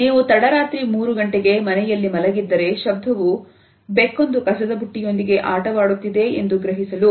ನೀವು ತಡರಾತ್ರಿ 3ಗಂಟೆಗೆ ಮನೆಯಲ್ಲಿ ಮಲಗಿದ್ದರೆ ಶಬ್ದವು ಬೆಕ್ಕೊಂದು ಕಸದಬುಟ್ಟಿ ಯೊಂದಿಗೆ ಆಟವಾಡುತ್ತಿದೆ ಎಂದು ಗ್ರಹಿಸುತ್ತೀರಿ